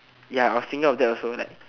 ya I was thinking of that also like